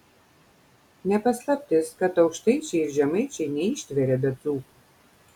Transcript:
ne paslaptis kad aukštaičiai ir žemaičiai neištveria be dzūkų